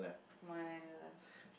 my left